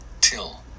till